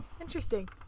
Interesting